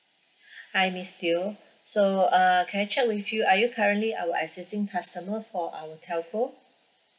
hi miss teo so uh can I check with you are you currently our existing customer for our telco